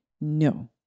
No